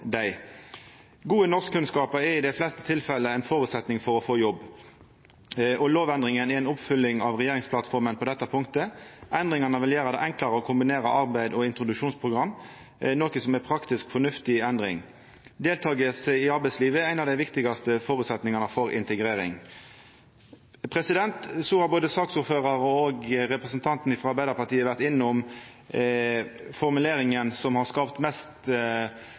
dei. Gode norskkunnskapar er i dei fleste tilfelle ein føresetnad for å få jobb, og lovendringa er ei oppfølging av regjeringsplattforma på dette punktet. Endringane vil gjera det enklare å kombinera arbeid og introduksjonsprogram, noko som er ei praktisk, fornuftig endring. Deltaking i arbeidslivet er ein av dei viktigaste føresetnadene for integrering. Både saksordføraren og representanten frå Arbeidarpartiet har vore innom formuleringa som har skapt mest